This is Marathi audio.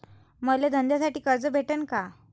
मले धंद्यासाठी कर्ज भेटन का?